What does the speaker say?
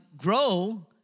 Grow